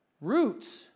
roots